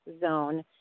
zone